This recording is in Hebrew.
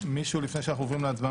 לפני שאנחנו עוברים להצבעה,